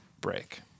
break